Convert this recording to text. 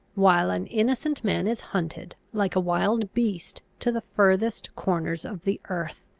while an innocent man is hunted, like a wild beast, to the furthest corners of the earth!